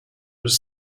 was